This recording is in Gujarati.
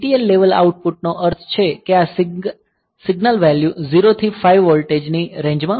TTL લેવલ આઉટપુટ નો અર્થ છે કે આ સિગ્નલ વેલ્યૂ 0 થી 5 વોલ્ટ ની રેન્જ માં હોય છે